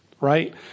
right